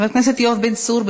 חבר הכנסת יואב בן צור,